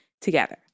together